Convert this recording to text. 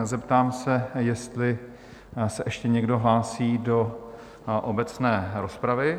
Zeptám se, jestli se ještě někdo hlásí do obecné rozpravy?